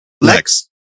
Lex